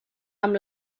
amb